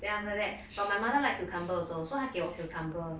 then after that but my mother like cucumber also so 她给我 cucumber